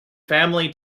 family